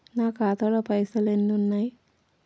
నా ఖాతాలో పైసలు ఎన్ని ఉన్నాయి?